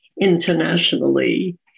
internationally